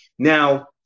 Now